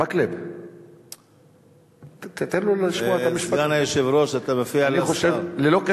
סגן היושב-ראש, אתה מפריע לשר.